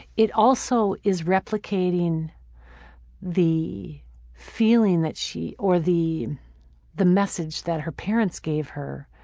it also is replicating the feeling that she. or the the message that her parents gave her.